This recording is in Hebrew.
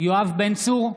יואב בן צור,